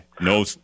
No